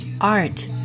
art